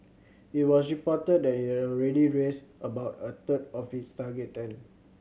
it was reported that it already raised about a third of its target then